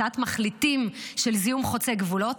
הצעת מחליטים בנושא זיהום חוצה גבולות,